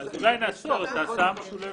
אז אולי נאסור את ההסעה המשולבת.